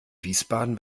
wiesbaden